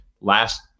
last